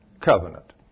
covenant